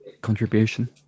contribution